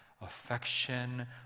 affection